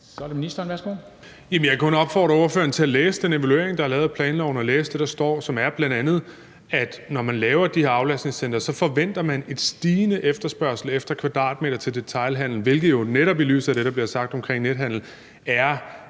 kan kun opfordre ordføreren til at læse den evaluering, der er lavet, af planloven, og læse det, der står, som bl.a. er, at når man laver de her aflastningscentre, forventer man en stigende efterspørgsel efter kvadratmeter til detailhandel, hvilket jo netop i lyset af det, der bliver sagt omkring nethandel, er